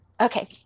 Okay